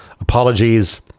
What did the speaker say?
apologies